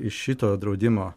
iš šito draudimo